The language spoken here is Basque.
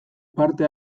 parte